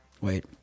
wait